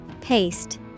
Paste